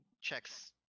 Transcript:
checks